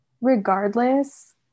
regardless